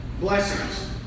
blessings